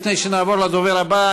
לפני שנעבור לדובר הבא,